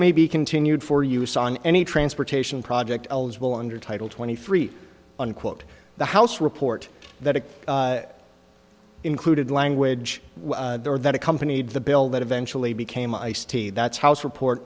may be continued for use on any transportation project eligible under title twenty three unquote the house report that included language that accompanied the bill that eventually became ice t that's house report